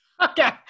Okay